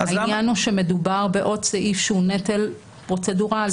העניין הוא שמדובר בעוד סעיף שהוא נטל פרוצדורלי.